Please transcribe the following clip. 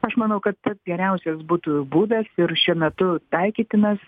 aš manau kad pats geriausias būtų būdas ir šiuo metu taikytinas